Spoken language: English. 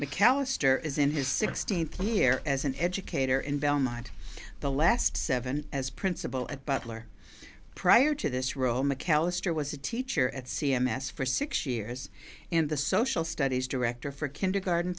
mcallister is in his sixteenth year as an educator in belmont the last seven as principal at butler prior to this role mcallister was a teacher at c m s for six years in the social studies director for kindergarten